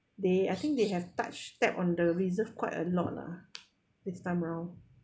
they I think they have touch tap on the reserves quite a lot lah this time around